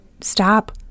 stop